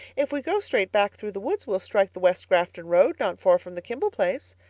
if we go straight back through the woods we'll strike the west grafton road not far from the kimball place.